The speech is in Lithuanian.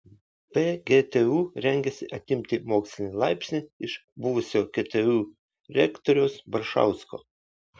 vgtu rengiasi atimti mokslinį laipsnį iš buvusio ktu rektoriaus baršausko